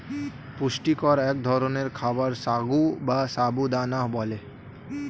পুষ্টিকর এক ধরনের খাবার সাগু বা সাবু দানা বলে